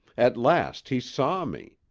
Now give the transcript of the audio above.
at last, he saw me!